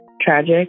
tragic